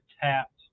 tapped